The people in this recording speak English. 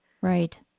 Right